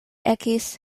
ekis